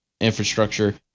infrastructure